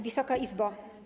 Wysoka Izbo!